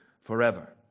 forever